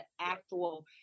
actual